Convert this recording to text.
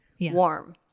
warm